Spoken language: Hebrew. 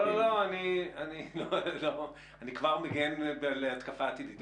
אני כבר מגן על ההתקפה העתידית.